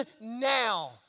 now